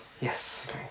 Yes